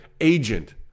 agent